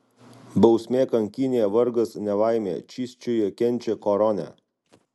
bausmė kankynė vargas nelaimė čysčiuje kenčia koronę